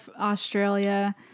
Australia